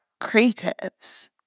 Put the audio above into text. creatives